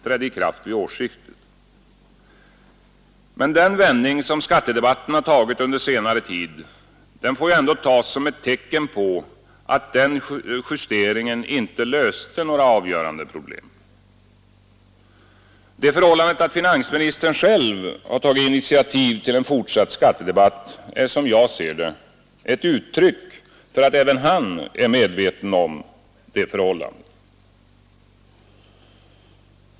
Men den vändning som skattede ändringen trädde i kraft vid å batten tagit under senare tid får ändå tas som ett tecken på att den justeringen inte löste några avgörande problem. Det förhållandet att finansministern själv har tagit initiativet till en fortsatt skattedebatt är, som jag ser det, ett uttryck för att även han är medveten om detta.